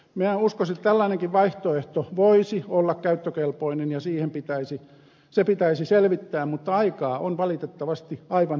minä uskoisin että tällainenkin vaihtoehto voisi olla käyttökelpoinen ja se pitäisi selvittää mutta aikaa on valitettavasti aivan liian vähän